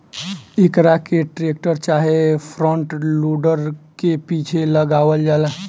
एकरा के टेक्टर चाहे फ्रंट लोडर के पीछे लगावल जाला